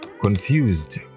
confused